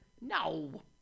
No